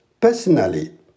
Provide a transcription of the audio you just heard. personally